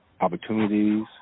opportunities